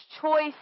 choice